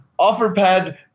OfferPad